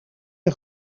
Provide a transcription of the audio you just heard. een